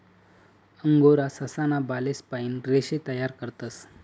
angora ससा ना बालेस पाइन रेशे तयार करतस